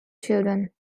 children